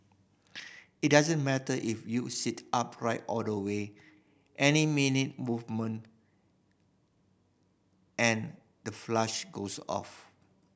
it doesn't matter if you sit upright all the way any minute movement and the flush goes off